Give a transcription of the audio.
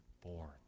born